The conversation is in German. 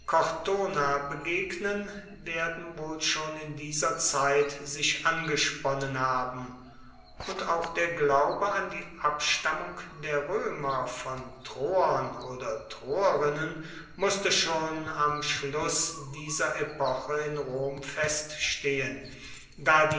cortona begegnen werden wohl schon in dieser zeit sich angesponnen haben und auch der glaube an die abstammung der roemer von troern oder troerinnen musste schon am schluss dieser epoche in rom feststehen